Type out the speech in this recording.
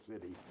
City